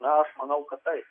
na aš manau kad taip